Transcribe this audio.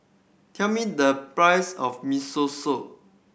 tell me the price of Miso Soup